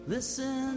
Listen